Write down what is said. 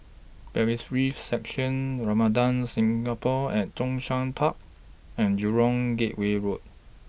Bailiffs' Section Ramada Singapore At Zhongshan Park and Jurong Gateway Road